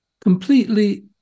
completely